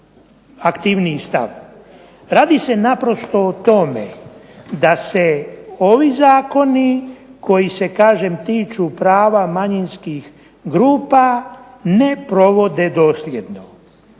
aktivniji stav. Radi se naprosto o tome da se ovi Zakoni koji se kažem tiču prava manjinskih grupa ne provode dosljedno.